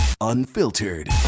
Unfiltered